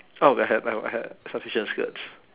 out of the hat I would had sufficient skirts